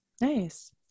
Nice